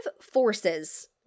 forces